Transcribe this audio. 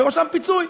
ובראשן פיצוי.